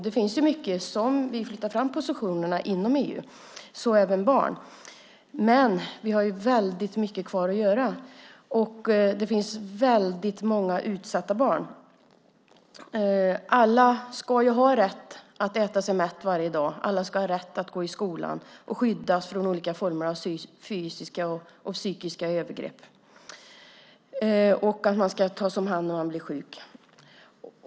Det finns många frågor där vi flyttar fram positionerna inom EU och så även när det gäller barn. Men vi har väldigt mycket kvar att göra. Det finns väldigt många utsatta barn. Alla barn ska ha rätt att äta sig mätta varje dag. Alla barn ska ha rätt att gå i skolan, skyddas mot olika fysiska och psykiska övergrepp och tas om hand när de blir sjuka.